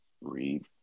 read